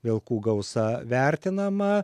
vilkų gausa vertinama